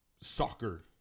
soccer